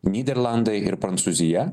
nyderlandai ir prancūzija